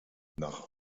nach